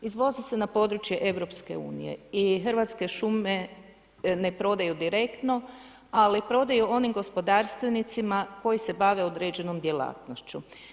Izvozi se na područje EU-a i Hrvatske šume ne prodaju direktno ali prodaju onim gospodarstvenicima koji se bave određenom djelatnošću.